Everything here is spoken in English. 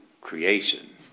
creation